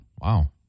Wow